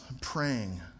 praying